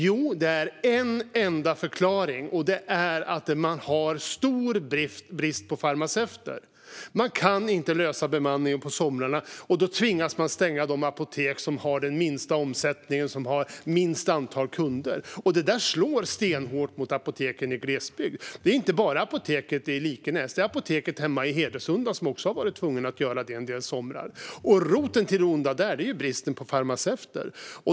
Jo, det finns en enda förklaring, nämligen att man har stor brist på farmaceuter. Man kan inte lösa bemanningen på somrarna, och då tvingas man stänga de apotek som har den minsta omsättningen och det minsta antalet kunder. Detta slår stenhårt mot apoteken i glesbygd. Detta handlar inte bara om apoteket i Likenäs. Apoteket hemma i Hedesunda har också varit tvunget att stänga en del somrar. Roten till det onda där är bristen på farmaceuter.